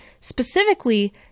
specifically